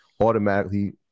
automatically